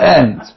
end